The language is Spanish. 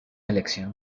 elección